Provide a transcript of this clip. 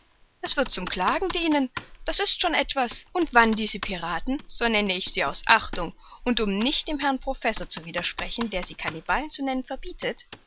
es wird zum klagen dienen das ist schon etwas und wann diese piraten so nenne ich sie aus achtung und um nicht dem herrn professor zu widersprechen der sie cannibalen zu nennen verbietet